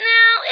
Now